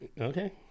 Okay